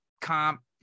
comp